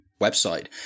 website